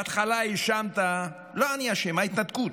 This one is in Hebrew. בהתחלה האשמת: לא אני אשם, ההתנתקות.